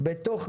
העברת